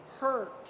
hurt